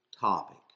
topic